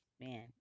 man